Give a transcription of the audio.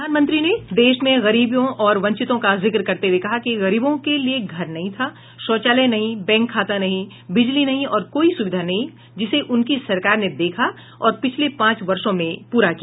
प्रधानमंत्री ने देश में गरीबों और वंचितों का जिक्र करते हुए कहा कि गरीबों के लिए घर नहीं था शौचालय नहीं बैंक खाता नहीं बिजली नहीं और कोई सुविधा नहीं जिसे उनकी सरकार ने देखा और पिछले पांच वर्षों में कार्य किया